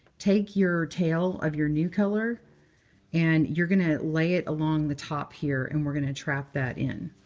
take your tail of your new color and you're going to lay it along the top here and we're going to trap that in.